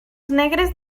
negres